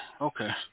Okay